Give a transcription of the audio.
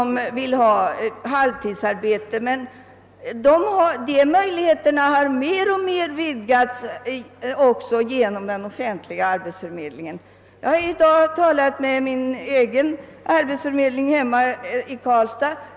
Men möjligheterna till halvtidsarbete och över huvud taget till deltidsarbete har mer och mer vidgats också när det gäller den offentliga arbetsförmedlingen. Jag har i dag talat med arbetsförmedlingen hemma i Karlstad.